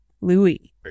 louis